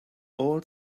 all